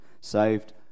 Saved